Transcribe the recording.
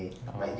orh